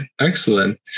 excellent